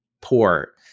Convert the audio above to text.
poor